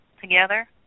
together